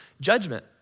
judgment